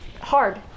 hard